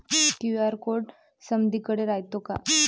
QR code समदीकडे रायतो का?